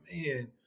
man